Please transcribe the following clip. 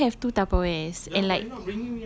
ya but I only have two tupperware and like